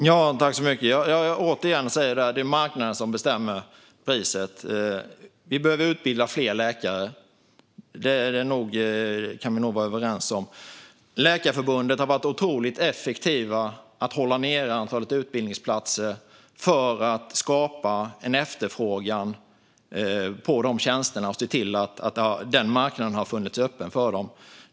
Fru talman! Jag säger återigen att det är marknaden som bestämmer priset. Vi behöver utbilda fler läkare. Det kan vi nog vara överens om. Läkarförbundet har varit otroligt effektivt i att hålla antalet utbildningsplatser nere för att skapa en efterfrågan på tjänsterna och se till att marknaden har varit öppen för dem.